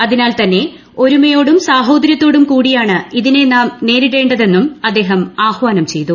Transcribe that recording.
അതിനാൽ തന്നെ ഒരുമയോടും സാഹോദര്യത്തോടും കൂടിയാണ് ഇതിനെ നാം നേരിടേണ്ടതെന്നും അദ്ദേഹം ആഹ്വാനം ചെയ്തു